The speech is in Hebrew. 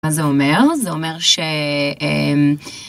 מה זה אומר? זה אומר ש...